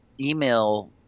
email